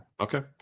Okay